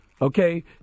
Okay